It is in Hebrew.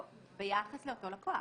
לא, ביחס לאותו לקוח.